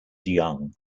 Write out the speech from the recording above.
young